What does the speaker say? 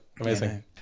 Amazing